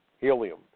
helium